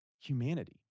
humanity